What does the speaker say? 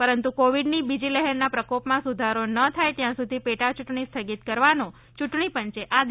પરંતુ કોવિડની બીજી લહેરના પ્રકોપમાં સુધારો ન થાય ત્યાં સુધી પેટા ચૂંટણી સ્થગિત કરવાનો યૂંટણી પંચે આદેશ જારી કર્યો છે